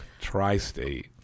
tri-state